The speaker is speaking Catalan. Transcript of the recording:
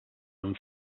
amb